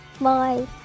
Bye